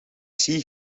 zie